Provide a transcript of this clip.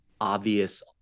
obvious